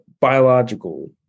biological